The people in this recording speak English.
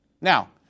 Now